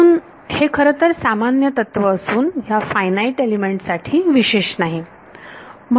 म्हणून हे खरंतर सामान्य तत्व असून ह्या फायनाईट एलिमेंट साठी विशेष नाही